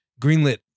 greenlit